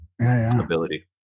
ability